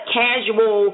casual